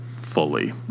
fully